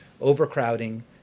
overcrowding